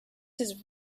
his